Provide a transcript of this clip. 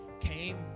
Came